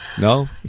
No